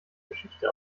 geschichte